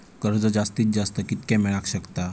कर्ज जास्तीत जास्त कितक्या मेळाक शकता?